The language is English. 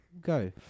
go